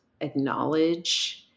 acknowledge